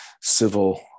civil